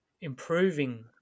improving